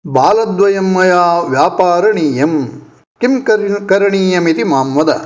बालद्वयं मया व्यापारणीयं किम् कर करणीयमिति मां वद